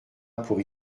pour